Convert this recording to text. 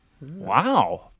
Wow